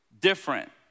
different